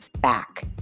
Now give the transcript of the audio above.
back